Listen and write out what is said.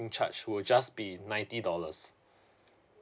charge will just be ninety dollars